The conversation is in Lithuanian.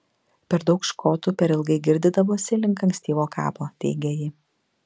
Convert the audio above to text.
per daug škotų per ilgai girdydavosi link ankstyvo kapo teigė ji